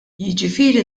jiġifieri